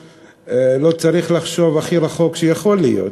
לא צריך לחשוב הכי רחוק שיכול להיות,